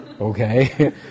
Okay